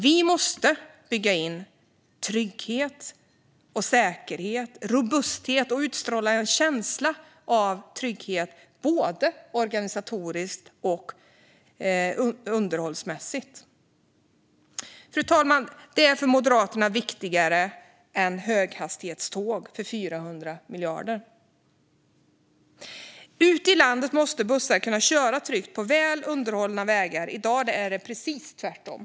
Vi måste bygga in säkerhet och robusthet och utstråla en känsla av trygghet, både organisatoriskt och underhållsmässigt. Fru talman! Detta är för Moderaterna viktigare än höghastighetståg för 400 miljarder. Ute i landet måste bussar kunna köra tryggt på väl underhållna vägar. I dag är det precis tvärtom.